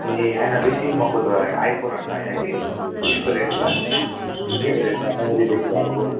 ए होइन बेसी महँगो त आइफोनहरू त होइन कि ठिकैको रेन्जमा ठिकैको रेन्जमा मेमोरी बेसी भएको